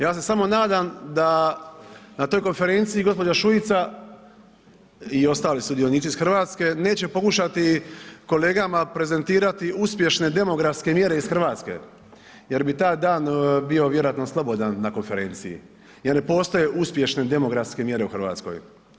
Ja se samo nadam da na toj konferenciji gospođa Šuica i ostali sudionici iz Hrvatske neće pokušati kolegama prezentirati uspješne demografske mjere iz Hrvatske jer bi taj dan bio vjerojatno slobodan na konferenciji jer ne postoje uspješne demografske mjere u Hrvatskoj.